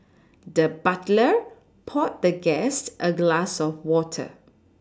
the butler poured the guest a glass of water